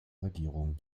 regierung